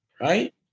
right